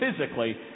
physically